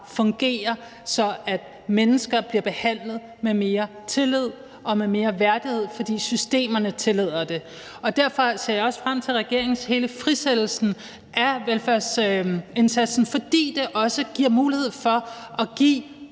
så mennesker bliver behandlet med mere tillid og mere værdighed, fordi systemerne tillader det. Derfor ser jeg også frem til hele regeringens frisættelse af velfærdsindsatsen, for det giver også mulighed for at give